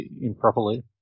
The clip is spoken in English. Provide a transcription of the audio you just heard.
improperly